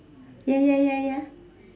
ya ya ya